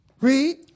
Read